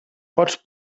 pots